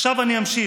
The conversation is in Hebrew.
עכשיו אני אמשיך.